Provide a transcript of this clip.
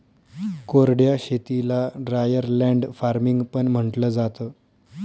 कोरड्या शेतीला dryer land farming पण म्हंटलं जातं